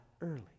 early